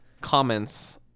comments